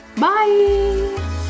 Bye